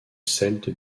celte